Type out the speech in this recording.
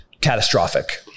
catastrophic